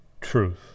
truth